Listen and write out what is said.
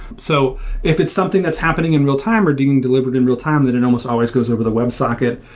so if it's something that's happening in real-time or being delivered in real time, then it almost always goes over the web socket.